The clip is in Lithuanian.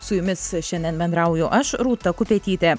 su jumis šiandien bendrauju aš rūta kupetytė